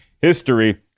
history